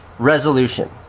Resolution